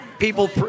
People